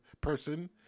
person